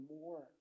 more